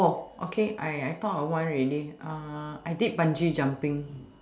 okay I I thought of one already I did bungee jumping